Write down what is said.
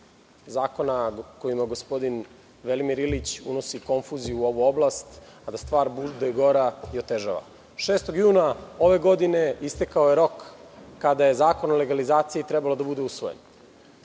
zakona kojima gospodin Velimir Ilić unosi konfuziju u ovu oblast, da stvar bude gora i otežava. Šestog juna ove godine, istekao je rok kada je zakon o legalizaciji trebalo da bude usvojen.